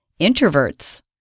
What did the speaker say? introverts